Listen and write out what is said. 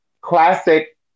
classic